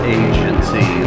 agency